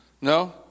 no